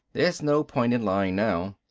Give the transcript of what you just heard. there's no point in lying now.